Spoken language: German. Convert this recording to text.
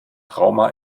trauma